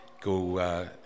go